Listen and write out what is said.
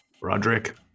roderick